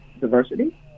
diversity